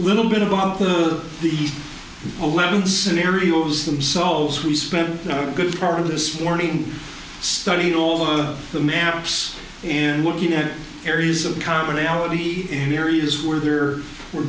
little bit about the eleventh scenarios themselves we spent a good part of this warning studying all the maps and looking at areas of commonality in areas where there were